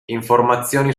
informazioni